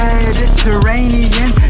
Mediterranean